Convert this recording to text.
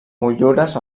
motllures